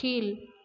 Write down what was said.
கீழ்